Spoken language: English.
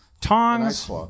Tongs